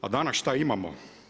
A danas šta imamo?